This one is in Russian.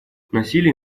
насилие